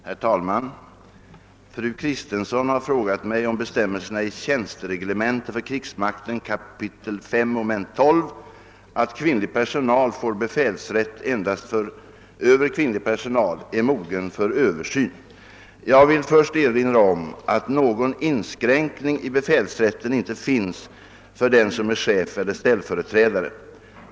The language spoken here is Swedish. Herr talman! Fru Kristensson har frågat mig om bestämmelsen i tjänstereglemente för krigsmakten kapitel 5 moment 12, att kvinnlig personal får befälsrätt endast över kvinnlig personal, är mogen för översyn. Jag vill först erinra om att någon inskränkning i befälsrätten inte finns för den som är chef eller ställföreträdare.